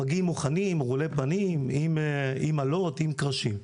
מגיעים מוכנים, רעולי פנים עם אלות, עם קרשים.